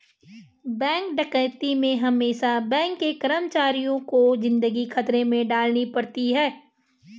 bank डकैती में हमेसा बैंक के कर्मचारियों को जिंदगी खतरे में डालनी पड़ती है